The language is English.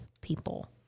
people